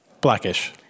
Blackish